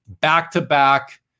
back-to-back